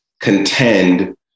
contend